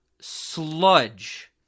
sludge